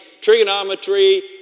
trigonometry